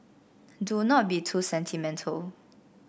do not be too sentimental